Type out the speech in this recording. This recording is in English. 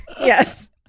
Yes